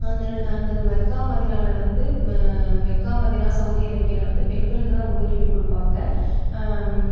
அந்த இட அந்த மெக்கா மதினாவில் வந்து மெக்கா மதினா சவுதி அரேபியாவில் வந்து பெண்களுக்கு தான் முன்னுரிமை கொடுப்பாங்க